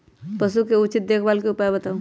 पशु के उचित देखभाल के उपाय बताऊ?